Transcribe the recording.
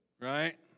right